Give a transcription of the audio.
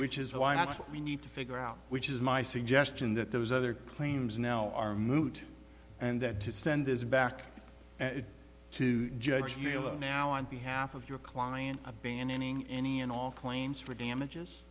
which is why what we need to figure out which is my suggestion that those other claims now are moot and that to send this back to judge you now on behalf of your client abandoning any and all claims for damages